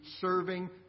serving